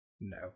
No